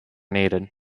needed